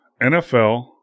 NFL